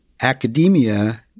academia